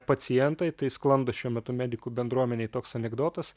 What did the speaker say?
pacientai tai sklando šiuo metu medikų bendruomenėj toks anekdotas